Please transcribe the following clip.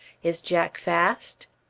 is jack fast?